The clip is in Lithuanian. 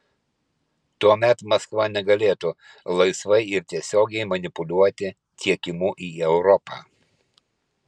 tuomet maskva negalėtų laisvai ir tiesiogiai manipuliuoti tiekimu į europą